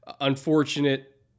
Unfortunate